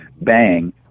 Bang